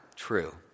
true